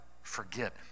Forget